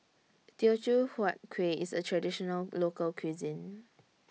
Teochew Huat Kuih IS A Traditional Local Cuisine